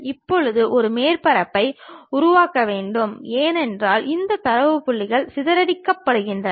இப்போது ஒரு மேற்பரப்பை உருவாக்க வேண்டும் ஏனென்றால் இந்த தரவு புள்ளிகள் சிதறடிக்கப்படுகின்றன